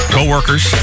Co-workers